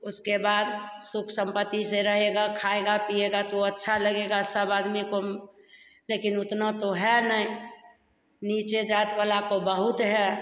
उसके बाद सुख संपत्ति से रहेगा खाएगा पिएगा तो अच्छा लगेगा सब आदमी को लेकिन उतना तो है नहीं नीचे जात बला को बहुत है